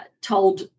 told